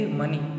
money